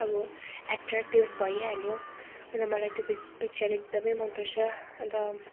अब एट्र्याक्टिभ भइहाल्यो अन्त मलाई त्यो पिक पिक्चर एकदमै मन पर्छ अन्त